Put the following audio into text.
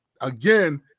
again